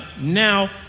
Now